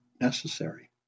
necessary